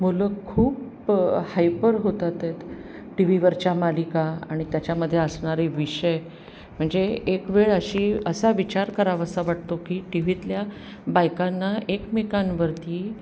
मुलं खूप हायपर होत आहेत टी व्हीवरच्या मालिका आणि त्याच्यामध्ये असणारे विषय म्हणजे एक वेळ अशी असा विचार करावासा वाटतो की टी व्हीतल्या बायकांना एकमेकांवरती